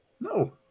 No